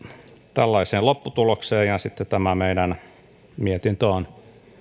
tällaiseen lopputulokseen tämä meidän mietintömme on